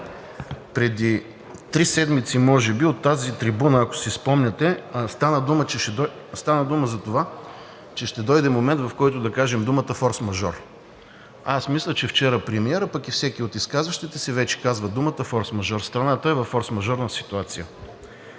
Преди три седмици може би, ако си спомняте, от тази трибуна стана дума за това, че ще дойде момент, в който да кажем думата „форсмажор“. Аз мисля, че вчера премиерът, пък и всеки от изказващите се, вече казва думата „форсмажор“, страната е във форсмажорна ситуация.